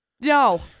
no